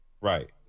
right